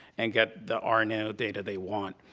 and get the um rno data they want.